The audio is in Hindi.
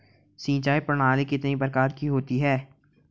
सिंचाई प्रणाली कितने प्रकार की होती हैं?